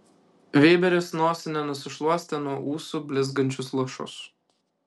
vėberis nosine nusišluostė nuo ūsų blizgančius lašus